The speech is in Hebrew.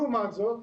לעומת זאת,